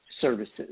services